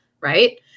Right